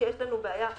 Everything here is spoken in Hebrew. שיש לנו בעיה כללית,